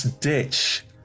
ditch